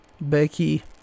Becky